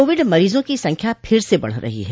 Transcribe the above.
Covid मरीजों की संख्या फिर से बढ़ रही है